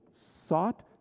sought